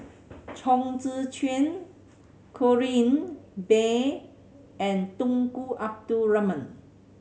Chong Tze Chien Corrinne Bay and Tunku Abdul Rahman